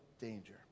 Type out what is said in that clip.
danger